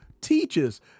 teachers